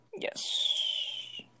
Yes